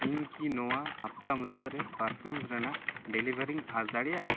ᱤᱧ ᱠᱤ ᱱᱚᱣᱟ ᱦᱟᱯᱛᱟ ᱢᱩᱪᱟᱹᱫ ᱨᱮ ᱯᱟᱨᱯᱷᱤᱭᱩᱢᱥ ᱨᱮᱱᱟᱜ ᱰᱮᱞᱤᱵᱷᱮᱨᱤᱧ ᱟᱸᱥ ᱫᱟᱲᱮᱭᱟᱜᱼᱟ